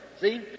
See